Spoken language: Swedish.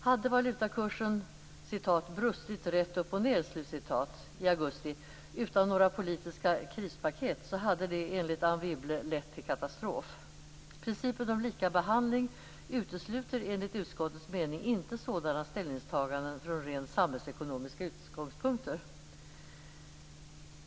Hade valutakursen "brustit rätt upp och ned" i augusti utan några politiska krispaket hade det enligt Anne Wibble lett till katastrof. Principen om likabehandling utesluter enligt utskottets mening inte sådana ställningstaganden från rent samhällsekonomiska utgångspunkter.